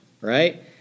right